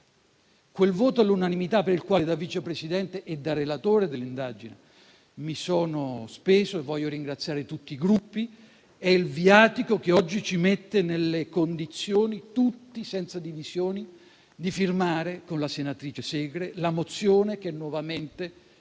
un voto all'unanimità per il quale da Vice Presidente e da relatore dell'indagine mi sono speso e per cui voglio ringraziare tutti i Gruppi. E quella unanimità è il viatico che oggi ci mette nelle condizioni tutti, senza divisioni, di firmare con la senatrice Segre la mozione che nuovamente